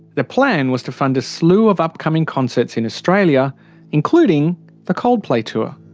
the plan was to fund a slew of upcoming concerts in australia including the coldplay tour.